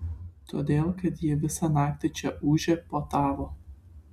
todėl kad ji visą naktį čia ūžė puotavo